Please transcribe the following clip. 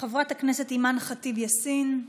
חברת הכנסת אימאן ח'טיב יאסין,